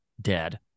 dead